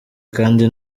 kandi